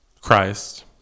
Christ